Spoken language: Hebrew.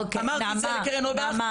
אמרתי את זה לקרן נוייבך,